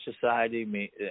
society